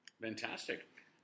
Fantastic